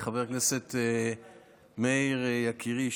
חבר הכנסת מאיר יקירי,